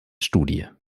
studie